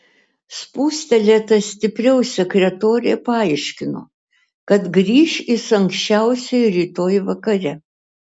spustelėta stipriau sekretorė paaiškino kad grįš jis anksčiausiai rytoj vakare